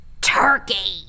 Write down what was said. turkey